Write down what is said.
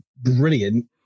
brilliant